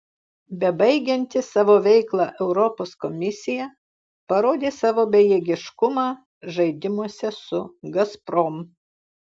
bebaigianti savo veiklą europos komisija parodė savo bejėgiškumą žaidimuose su gazprom